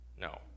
No